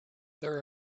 there